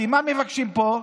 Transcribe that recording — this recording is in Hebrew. כי מה מבקשים פה?